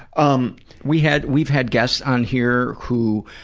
um we had, we've had guests on here who,